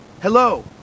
Hello